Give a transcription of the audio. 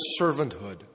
servanthood